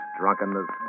drunkenness